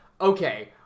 okay